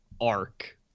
arc